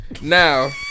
Now